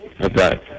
Okay